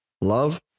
Love